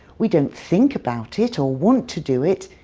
we don't think about it or want to do it.